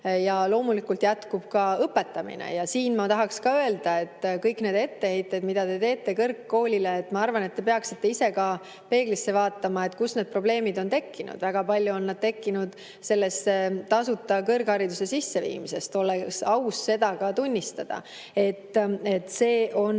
Loomulikult jätkub ka õpetamine. Ja ma tahan öelda, et kõik need etteheited, mis te teete kõrg[hariduse] kohta – ma arvan, et te peaksite ise ka peeglisse vaatama, kust need probleemid on tekkinud. Väga paljus on need tekkinud tasuta kõrghariduse sisseviimisest ja oleks aus seda tunnistada. See on